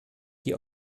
die